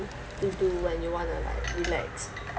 to do when you want to like relax